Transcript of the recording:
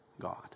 God